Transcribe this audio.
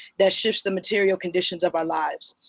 that shifts the material conditions of our lives.